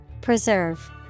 Preserve